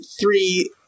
three